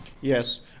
Yes